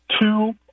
two